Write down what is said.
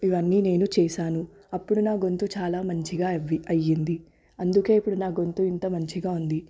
ఇవన్నీ నేను చేశాను అప్పుడు నా గొంతు చాలా మంచిగా అవ్వి అయ్యింది అందుకే ఇప్పుడు నా గొంతు ఇంత మంచిగా ఉంది